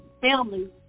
family